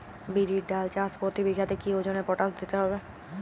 বিরির ডাল চাষ প্রতি বিঘাতে কি ওজনে পটাশ দিতে হবে?